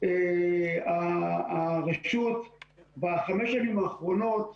הרשות בחמש השנים האחרונות,